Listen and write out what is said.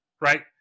right